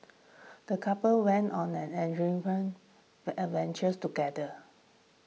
the couple went on an adventures together